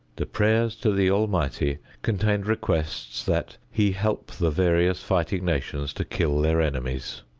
the prayers to the almighty contained requests that he help the various fighting nations to kill their enemies.